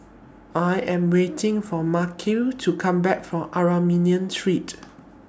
I Am waiting For Markell to Come Back from Armenian Street